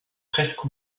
presque